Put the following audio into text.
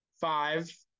five